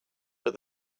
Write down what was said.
but